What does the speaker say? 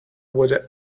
where